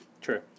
True